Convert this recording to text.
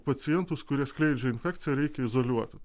pacientus kurie skleidžia infekciją reikia izoliuoti